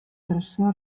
ressò